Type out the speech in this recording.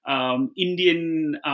Indian